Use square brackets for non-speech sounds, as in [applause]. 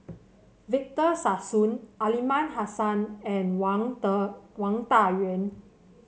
Victor Sassoon Aliman Hassan and Wang [unintelligible] Wang Dayuan